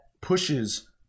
pushes